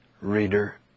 reader